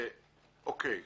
אני